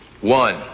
One